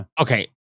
okay